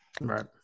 right